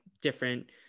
different